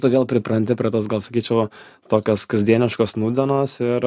tu vėl pripranti prie tos gal sakyčiau tokios kasdieniškos nūdienos ir